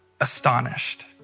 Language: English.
astonished